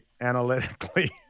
analytically